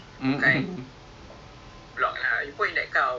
sit at the bar ah